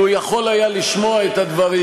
לו יכול היה לשמוע את הדברים,